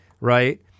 Right